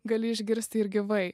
gali išgirsti ir gyvai